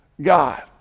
God